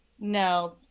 No